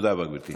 תודה רבה, גברתי.